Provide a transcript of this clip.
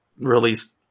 released